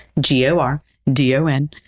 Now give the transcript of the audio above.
G-O-R-D-O-N